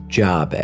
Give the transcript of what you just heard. job